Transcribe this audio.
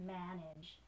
manage